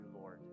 Lord